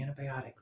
antibiotic